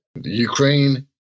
Ukraine